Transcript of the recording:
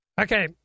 Okay